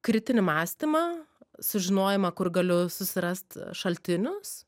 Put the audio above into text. kritinį mąstymą sužinojimą kur galiu susirast šaltinius